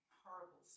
horrible